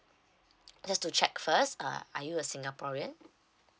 just to check first uh are you a singaporean